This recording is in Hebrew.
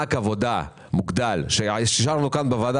מענק עבודה מוגדל שאישרנו כאן בוועדה.